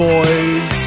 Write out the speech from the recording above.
Boys